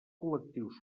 col·lectius